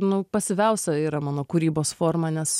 nu pasyviausia yra mano kūrybos forma nes